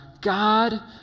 God